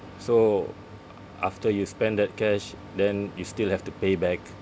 so after you spend that cash then you still have to pay back